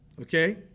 Okay